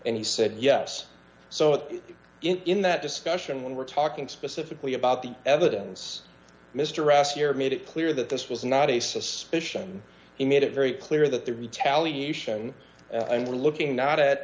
and he said yes so in that discussion when we're talking specifically about the evidence mr ross your made it clear that this was not a suspicion he made it very clear that the retaliation and we're looking not